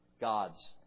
God's